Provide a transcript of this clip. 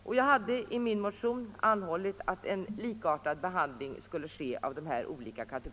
bildningen I min motion har jag begärt att dessa kategorier skulle behandlas likartat.